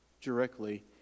directly